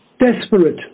desperate